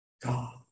God